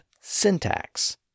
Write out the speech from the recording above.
syntax